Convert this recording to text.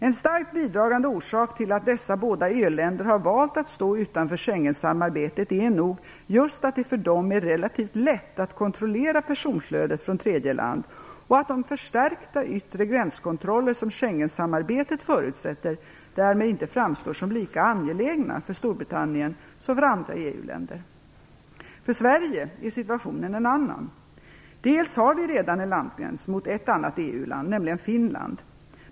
En starkt bidragande orsak till att dessa båda ö-länder har valt att stå utanför Schengensamarbetet är nog just att det för dem är relativt lätt att kontrollera personflödet från tredje land och att de förstärkta yttre gränskontroller som Schengensamarbetet förutsätter därmed inte framstår som lika angelägna för Storbritannien som för andra För Sverige är situationen en annan. Dels har vi redan en landgräns mot ett annat EU-land, nämligen Finland.